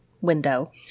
window